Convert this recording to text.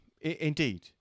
indeed